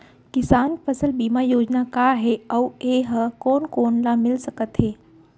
किसान फसल बीमा योजना का हे अऊ ए हा कोन कोन ला मिलिस सकत हे?